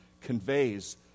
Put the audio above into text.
conveys